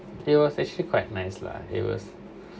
it was actually quite nice lah it was